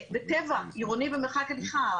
וטבע עירוני במרחק הליכה.